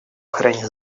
охране